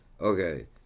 okay